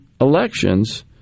elections